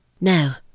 Now